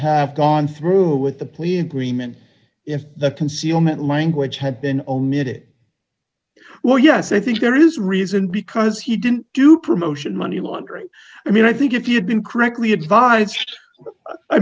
have gone through with the plea agreement in the concealment language had been omitted well yes i think there is reason because he didn't do promotion money laundering i mean i think if you had been correctly advised i